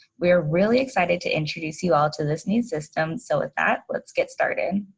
we are really excited to introduce you all to this new system so with that let's get started.